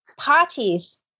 parties